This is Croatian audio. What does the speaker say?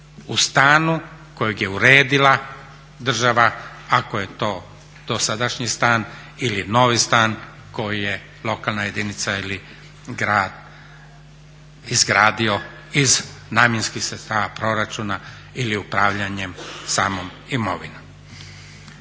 u stanu kojeg je uredila država ako je to dosadašnji stan ili novi stan koji je lokalna jedinica ili grad izgradio iz namjenskih sredstava proračuna ili upravljanjem samom imovinom.